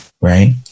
right